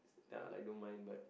uh I don't mind but